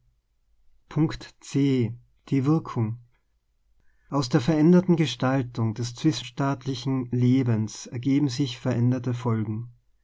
die wirkung aus der veränderten gestaltung des zwischenstaat liehen lebens ergeben sich veränderte folgen